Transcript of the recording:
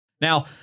Now